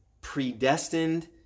predestined